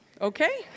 Okay